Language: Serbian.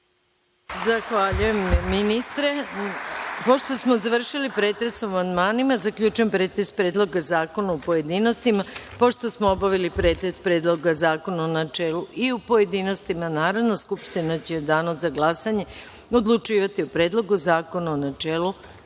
Zahvaljujem, ministre. Pošto smo završili pretres o amandmanima, zaključujem pretres Predloga zakona u pojedinostima. Pošto smo obavili pretres Predloga zakona u načelu i u pojedinostima, Narodna skupština će u Danu za glasanje odlučivati o Predlogu zakona u načelu,